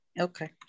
okay